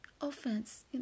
offense